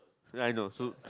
I know so